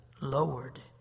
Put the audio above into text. lowered